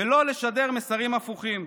ולא לשדר מסרים הפוכים".